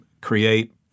create